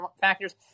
factors